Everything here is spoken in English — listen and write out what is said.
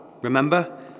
Remember